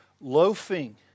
Loafing